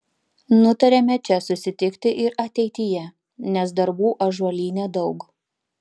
nutarėme čia susitikti ir ateityje nes darbų ąžuolyne daug